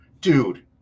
dude